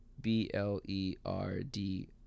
b-l-e-r-d